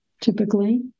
typically